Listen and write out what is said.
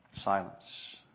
Silence